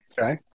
okay